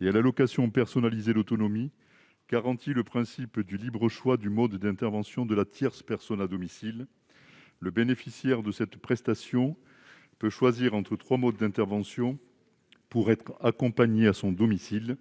et à l'allocation personnalisée d'autonomie garantit le principe du libre choix du mode d'intervention de la tierce personne à domicile. Le bénéficiaire de la prestation peut choisir entre trois modes d'intervention pour être accompagné à son domicile :